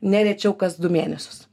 ne rečiau kas du mėnesius